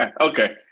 okay